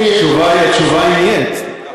התשובה היא "נייט".